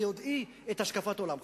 ביודעי את השקפת עולמך.